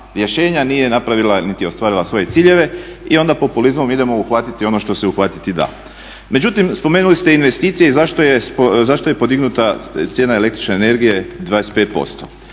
nije napravila niti je ostvarila svoje ciljeve i onda populizmom idemo uhvatiti ono što se uhvatiti da. Međutim, spomenuli ste investicije i zašto je podignuta cijena električne energije 24%.